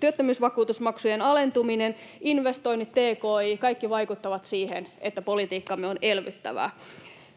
työttömyysvakuutusmaksujen alentuminen, investoinnit, tki — kaikki vaikuttavat siihen, että politiikkamme on elvyttävää.